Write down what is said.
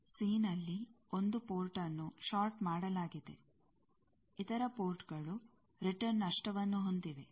C ನಲ್ಲಿ 1 ಪೋರ್ಟ್ಅನ್ನು short ಮಾಡಲಾಗಿದೆ ಇತರ ಪೋರ್ಟ್ಗಳು ರಿಟರ್ನ್ ನಷ್ಟವನ್ನು ಹೊಂದಿವೆ